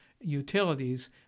utilities